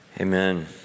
Amen